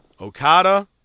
Okada